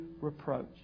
reproach